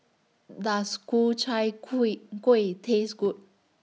Does Ku Chai Kuih Taste Good